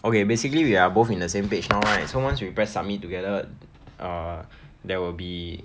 okay basically we are both in the same page now right so once we press summit together err there will be